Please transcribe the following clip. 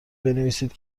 بنویسید